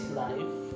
life